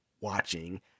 watching